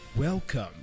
Welcome